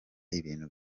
ibintu